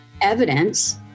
evidence